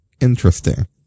Interesting